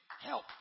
help